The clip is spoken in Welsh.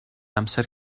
amser